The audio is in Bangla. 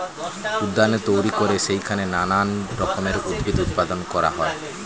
উদ্যানে তৈরি করে সেইখানে নানান রকমের উদ্ভিদ উৎপাদন করা হয়